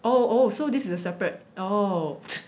oh oh so this is a separate oh